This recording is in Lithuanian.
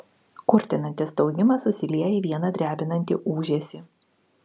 kurtinantis staugimas susilieja į vieną drebinantį ūžesį